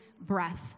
breath